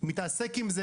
מתעסק בזה,